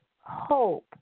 hope